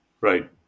Right